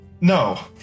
No